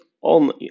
on